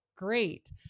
Great